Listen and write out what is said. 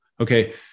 okay